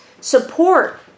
support